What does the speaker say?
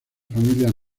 familias